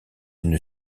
une